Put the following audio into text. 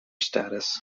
status